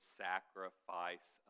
sacrifice